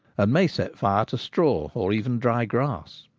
and may set fire to straw, or even dry grass.